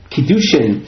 Kiddushin